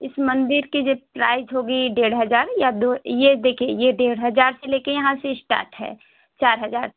इस मंदिर का जो प्राइस होगा डेढ़ हज़ार या दो यह देखिए यह डेढ़ हज़ार से लेकर यहाँ से इस्टाट है चार हज़ार तक